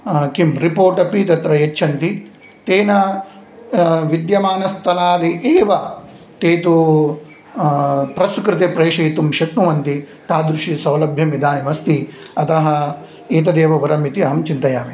किं रिपोर्ट् अपि तत्र यच्छन्ति तेन विद्यमानस्थलाद् एव ते तु प्रेस् कृते प्रेषयितुं शक्नुवन्ति तादृशी सौलभ्यमिदानीमस्ति अतः एतदेव वरम् इति अहं चिन्तयामि